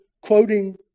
quoting